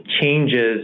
changes